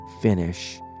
finish